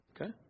Okay